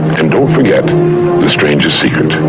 and don't forget the strangest secret.